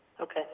Okay